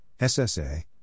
SSA